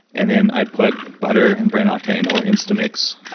and then i put butter and brain octane, or instamix,